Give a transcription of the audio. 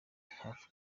hafi